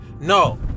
No